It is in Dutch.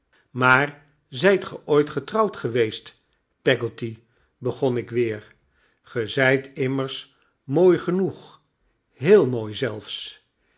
maar zijt ge ooit getrouwd geweest peggotty begon ik weer ge zijt immers mooi genoeg heel mooi zelfs